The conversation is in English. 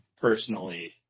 personally